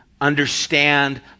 understand